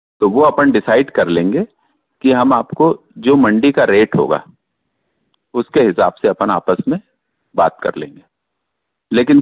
तो वो अपन डिसाइड कर लेंगे कि हम आपको जो मंडी का रेट होगा उसके हिसाब से अपन आपस में बात कर लेंगे लेकिन